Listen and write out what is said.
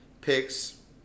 picks